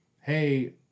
hey